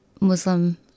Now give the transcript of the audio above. Muslim